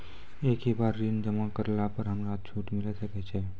एक ही बार ऋण जमा करला पर हमरा छूट मिले सकय छै?